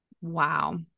Wow